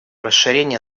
расширение